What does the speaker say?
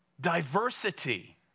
Diversity